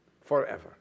Forever